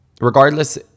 regardless